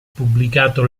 pubblicato